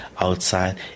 outside